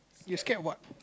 you scared what